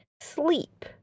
Sleep